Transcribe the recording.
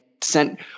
sent